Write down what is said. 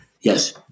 yes